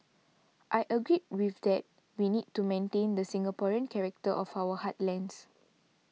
I agreed with that we need to maintain the Singaporean character of our heartlands